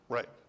Right